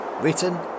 written